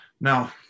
Now